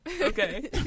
Okay